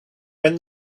when